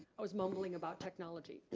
i was mumbling about technology.